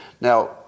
Now